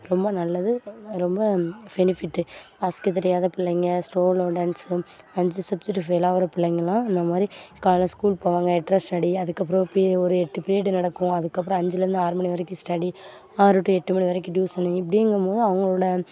ரொம்ப நல்லது ரொம்ப ஃபெனிஃபிட்டு வாசிக்க தெரியாத பிள்ளைங்க ஸ்லோ டொடெண்ட்ஸ் அஞ்சு சப்ஜெக்ட் ஃபெயில் ஆகிற பிள்ளைங்கலாம் இந்த மாதிரி காலையில ஸ்கூல் போவாங்க எட்டரை ஸ்டடி அதுக்கப்புறம் அப்படியே ஒரு எட்டு பீரியட் நடக்கும் அதுக்கப்புறம் அஞ்சுல இருந்து ஆறு மணி வரைக்கு ஸ்டடி ஆறு டூ எட்டு மணி வரைக்கும் டியூசனு இப்படிங்கும் போது அவங்களோட